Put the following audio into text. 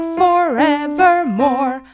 forevermore